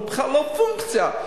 הוא בכלל לא פונקציה,